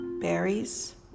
Berries